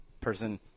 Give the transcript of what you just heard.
person